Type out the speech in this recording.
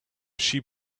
sheep